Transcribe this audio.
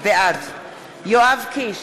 בעד יואב קיש,